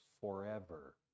forever